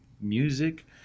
music